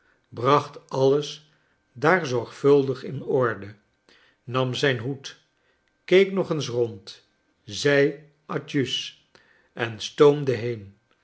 bracht alles daar zorgvuldig in orde nam zijn hoed keek nog eens rond zei atjuus en stoomde heen